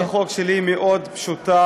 הצעת החוק שלי היא מאוד פשוטה,